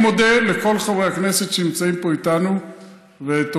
אני מודה לכל חברי הכנסת שנמצאים פה איתנו ותומכים,